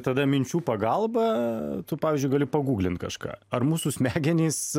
tada minčių pagalba tu pavyzdžiui gali paguglint kažką ar mūsų smegenys